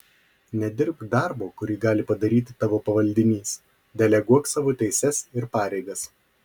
nedirbk darbo kurį gali padaryti tavo pavaldinys deleguok savo teises ir pareigas